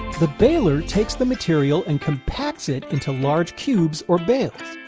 the baler takes the material and compacts it into large cubes, or bales.